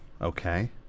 Okay